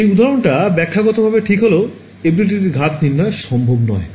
এই উদাহরণটা ব্যখ্যাগতভাবে ঠিক হলেও FDTD এর ঘাত নির্ণয় সম্ভব নয়